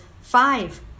five